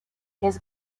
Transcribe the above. his